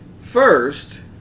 first